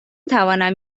توانم